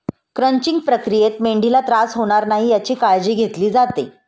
crunching प्रक्रियेत मेंढीला त्रास होणार नाही याची काळजी घेतली जाते